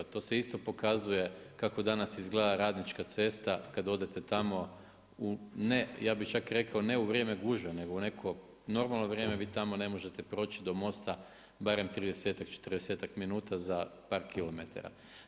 To se isto pokazuje kako danas izgleda Radnička cesta kada odete tamo u ne, ja bih čak rekao ne u vrijeme gužve, nego u neko normalno vrijeme vi tamo ne možete proći do mosta barem 30-ak, 40-ak minuta za par kilometara.